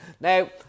Now